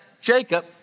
Jacob